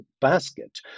basket